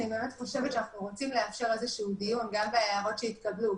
אני חושבת שאנחנו רוצים לאפשר דיון גם בהערות שהתקבלו,